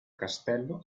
castello